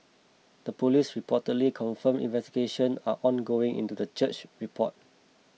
the police reportedly confirmed investigation are ongoing into the church report